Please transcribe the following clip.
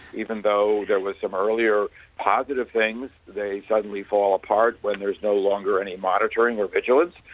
even though there was some earlier positive things they suddenly fall apart when there's no longer any monitoring or vigilance.